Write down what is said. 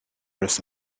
rest